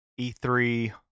E3